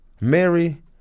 Mary